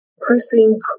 pressing